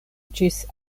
ĝis